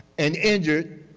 and injured,